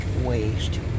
waste